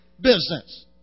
business